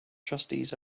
trustees